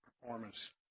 performance